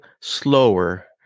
slower